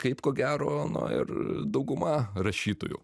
kaip ko gero na ir dauguma rašytojų